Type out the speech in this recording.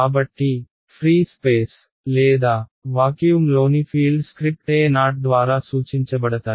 కాబట్టి free space లేదా వాక్యూమ్లోని ఫీల్డ్ స్క్రిప్ట్ 0 ద్వారా సూచించబడతాయి